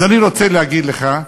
אז אני רוצה להגיד לך,